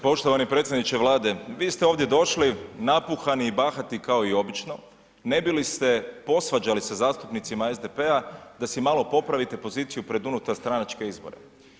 Poštovani predsjedniče Vlade, vi ste ovdje došli napuhani i bahati kao i obično ne bi li ste posvađali se sa zastupnicima SDP-a da si malo popravite poziciju pred unutar stranačke izbore.